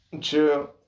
True